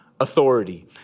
authority